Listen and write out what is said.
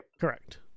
correct